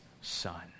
son